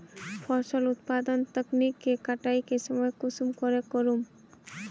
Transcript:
फसल उत्पादन तकनीक के कटाई के समय कुंसम करे करूम?